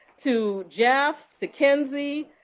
to jeff, to kenzie,